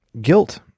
guilt